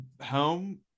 home